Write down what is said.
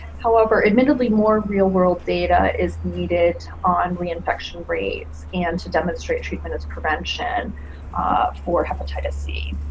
however admittedly more real-world data is needed on reinfection rates and to demonstrate treatment as prevention for hepatitis c.